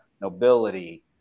nobility